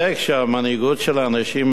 המנהיגות של האנשים האלה אז,